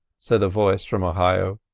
said a voice from ohio.